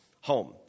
home